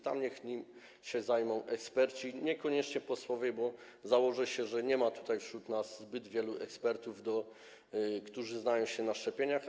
Tam niech zajmą się nim eksperci, niekoniecznie posłowie, bo założę się, że nie ma tutaj wśród nas zbyt wielu ekspertów, którzy znają się na szczepieniach.